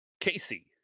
Casey